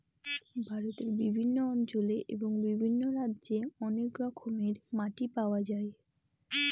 ভারতের বিভিন্ন অঞ্চলে এবং বিভিন্ন রাজ্যে অনেক রকমের মাটি পাওয়া যায়